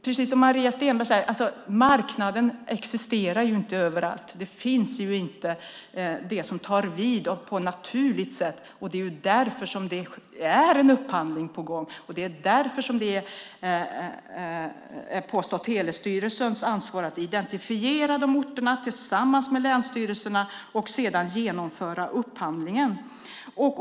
Precis som Maria Stenberg säger existerar inte marknad överallt. Det finns inte något som tar vid på ett naturligt sätt. Det är därför som det är en upphandling på gång. Det är därför som det är Post och telestyrelsens ansvar att tillsammans med länsstyrelserna identifiera de orterna och sedan genomföra upphandlingen.